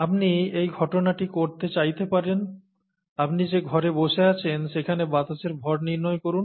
আপনি এই গণনাটি করতে চাইতে পারেন আপনি যে ঘরে বসে আছেন সেখানে বাতাসের ভর নির্ণয় করুন